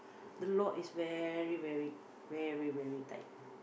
the law is very very very very tight